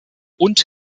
und